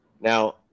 Now